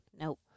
Nope